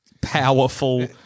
powerful